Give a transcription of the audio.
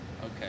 Okay